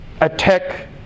attack